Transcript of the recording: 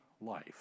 life